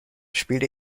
spielt